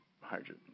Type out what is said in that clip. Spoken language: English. hydrogen